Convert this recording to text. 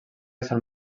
sant